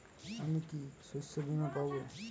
আমি কি শষ্যবীমা পাব?